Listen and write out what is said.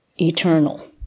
eternal